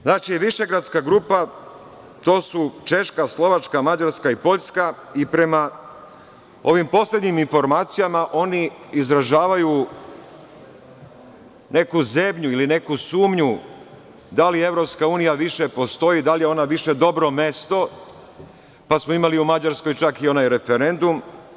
Znači, Višegradska grupa, to su Češka, Slovačka, Mađarska i Poljska i prema ovim poslednjim informacijama oni izražavaju neku zebnju ili neku sumnju da li EU više postoji, da li je ona više dobro mesto, pa smo imali u Mađarskoj čak i onaj referendum.